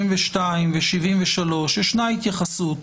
72 ו-73 יש התייחסות